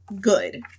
good